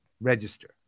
register